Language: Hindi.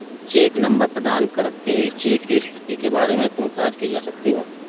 चेक नंबर प्रदान करके चेक की स्थिति के बारे में पूछताछ की जा सकती है